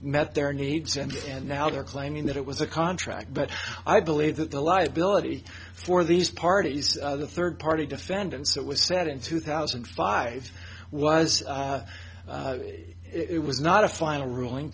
met their needs and and now they're claiming that it was a contract but i believe that the liability for these parties other third party defendants it was said in two thousand and five was it was not a final ruling